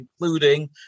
including